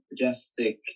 Majestic